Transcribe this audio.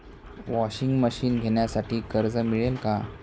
Washing machine घेण्यासाठी कर्ज मिळेल का?